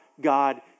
God